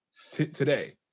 t today.